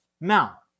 Now